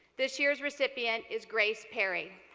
this year's recipient is grace perry.